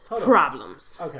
Problems